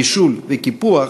נישול וקיפוח,